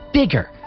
bigger